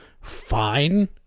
fine